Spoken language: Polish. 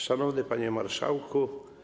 Szanowny Panie Marszałku!